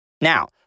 Now